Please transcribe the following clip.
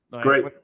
great